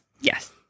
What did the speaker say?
Yes